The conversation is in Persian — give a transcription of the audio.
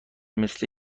مثه